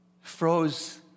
froze